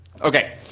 Okay